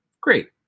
Great